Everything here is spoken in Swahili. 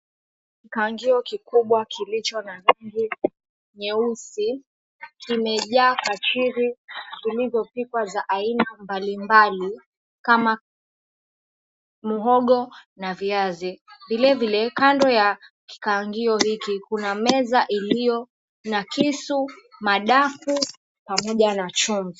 Kikaangio kikubwa kilicho na rangi nyeusi kimejaa kachiri zilizopikwa za aina mbalimbali kama mhogo na viazi. Vilevile kando ya kikaangio hiki kuna meza iliyo na kisu, madafu pamoja na chumvi.